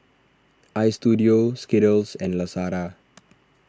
Istudio Skittles and Lazada